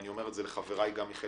ואני אומר את זה לחבריי מחלק